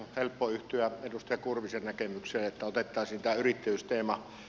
on helppo yhtyä edustaja kurvisen näkemykseen että otettaisiin tämä yrittäjyysteema